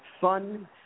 fun